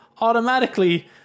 Automatically